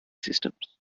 systems